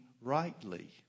rightly